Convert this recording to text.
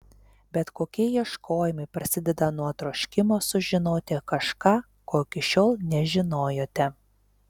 bet kokie ieškojimai prasideda nuo troškimo sužinoti kažką ko iki šiol nežinojote